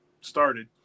started